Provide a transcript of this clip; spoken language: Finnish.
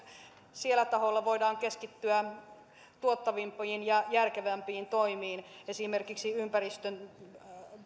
siellä taholla voidaan keskittyä tuottavampiin ja järkevämpiin toimiin esimerkiksi ympäristön